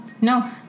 no